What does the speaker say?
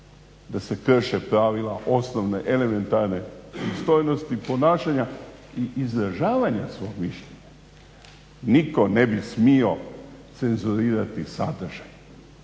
da se krše pravila osnovne elementarne pristojnosti ponašanja i izražavanja svog mišljenja. Nitko ne bi smio cenzurirati sadržaj,